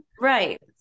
right